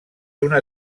una